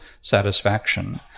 satisfaction